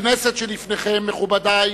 הכנסת שלפניכם, מכובדי,